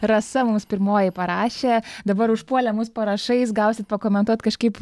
rasa mums pirmoji parašė dabar užpuolė mus parašais gausit pakomentuot kažkaip